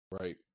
Right